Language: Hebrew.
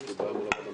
הכנסת.